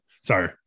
sorry